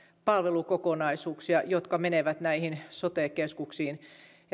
palvelukokonaisuuksia jotka menevät näihin sote keskuksiin